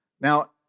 Now